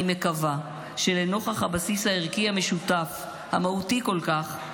אני מקווה שלנוכח הבסיס הערכי המשותף המהותי כל כך,